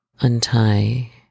untie